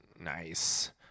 Nice